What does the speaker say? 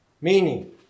meaning